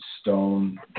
Stone